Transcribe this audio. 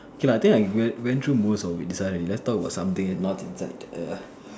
K lah I think went went through most of it that's why let's talk about something not inside the